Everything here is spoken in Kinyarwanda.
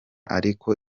ariko